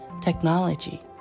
technology